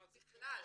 בכלל.